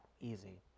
easy